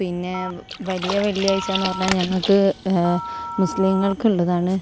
പിന്നെ വലിയ വെള്ളിയാഴ്ച്ചയെന്ന് പറഞ്ഞാൽ ഞങ്ങൾക്ക് മുസ്ലിങ്ങൾക്കുള്ളതാണ്